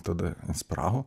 tada inspiravo